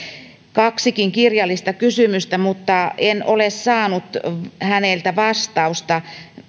kaksikin kirjallista kysymystä mutta en ole saanut häneltä vastausta